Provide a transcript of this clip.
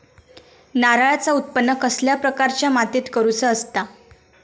नारळाचा उत्त्पन कसल्या प्रकारच्या मातीत करूचा असता?